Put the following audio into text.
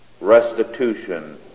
restitution